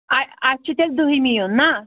اَ اَسہِ چھُ تیٚلہِ دٔہمہِ یُن نا